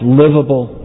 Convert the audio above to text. livable